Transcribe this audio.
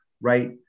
right